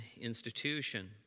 institution